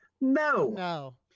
No